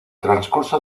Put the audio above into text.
transcurso